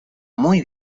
muy